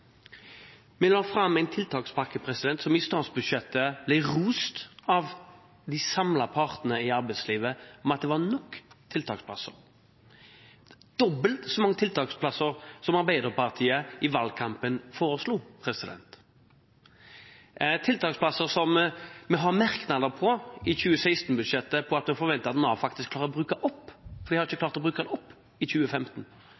Vi la fram en tiltakspakke som i forbindelse med statsbudsjettet blir rost av samtlige parter i arbeidslivet for at det var nok tiltaksplasser – dobbelt så mange tiltaksplasser som Arbeiderpartiet foreslo i valgkampen, tiltaksplasser som vi har merknader i 2016-budsjettet på at en forventer at Nav faktisk klarer å bruke opp, for de har ikke klart å bruke dem opp i 2015.